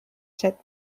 set